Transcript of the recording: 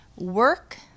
work